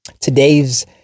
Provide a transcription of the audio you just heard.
Today's